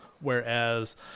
Whereas